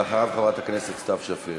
אחריו, חברת הכנסת סתיו שפיר.